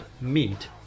meat